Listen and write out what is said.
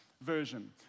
version